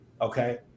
okay